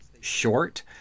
short